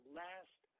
last